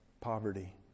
poverty